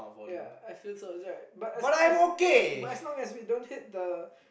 ya I feel so right but as long we don't hit the ya